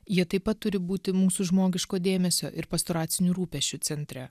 jie taip pat turi būti mūsų žmogiško dėmesio ir pastoracinių rūpesčių centre